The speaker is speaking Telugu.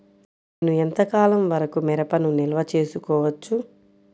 నేను ఎంత కాలం వరకు మిరపను నిల్వ చేసుకోవచ్చు?